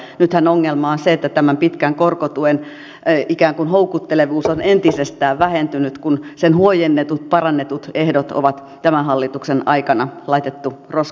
nythän ongelma on se että tämän pitkän korkotuen ikään kuin houkuttelevuus on entisestään vähentynyt kun sen huojennetut parannetut ehdot on tämän hallituksen aikana laitettu roskakoriin